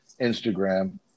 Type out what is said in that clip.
Instagram